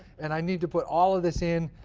and i need to put all of this in.